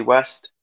West